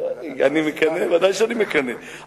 אני מקנא, ודאי שאני מקנא.